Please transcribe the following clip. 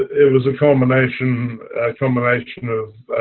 it was a combination combination of